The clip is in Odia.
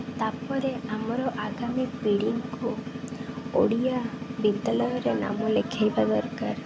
ତା'ପରେ ଆମର ଆଗାମୀ ପିଢ଼ିଙ୍କୁ ଓଡ଼ିଆ ବିଦ୍ୟାଳୟରେ ନାମ ଲେଖାଇବା ଦରକାର